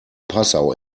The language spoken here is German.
passau